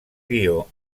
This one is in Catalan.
guió